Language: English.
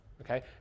Okay